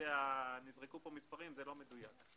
נזרקו פה מספרים, זה לא מדויק.